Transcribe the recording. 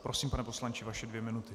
Prosím, pane poslanče, vaše dvě minuty.